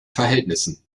verhältnissen